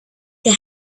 die